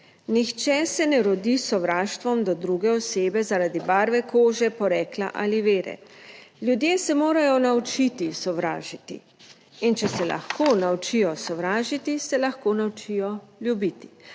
"Nihče se ne rodi s sovraštvom do druge osebe zaradi barve kože, porekla ali vere. Ljudje se morajo naučiti sovražiti, in če se lahko naučijo sovražiti, se lahko naučijo ljubiti,